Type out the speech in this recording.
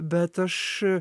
bet aš